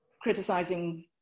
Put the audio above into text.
criticizing